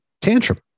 tantrum